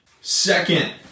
Second